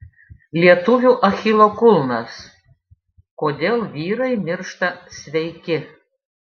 lietuvių achilo kulnas kodėl vyrai miršta sveiki